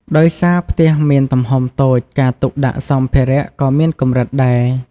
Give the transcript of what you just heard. ដោយសារផ្ទះមានទំហំតូច ការទុកដាក់សម្ភារៈក៏មានកម្រិតដែរ។